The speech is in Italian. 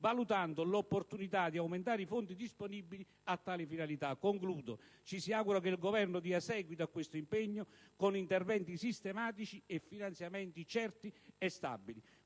valutando l'opportunità di aumentare i fondi disponibili a tali finalità. Ci si augura che il Governo dia seguito a questo impegno con interventi sistematici e finanziamenti certi e stabili.